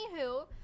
Anywho